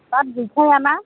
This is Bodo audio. बाद गैखाया ना